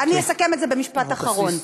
אני אסכם את זה במשפט אחרון.